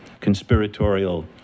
conspiratorial